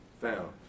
found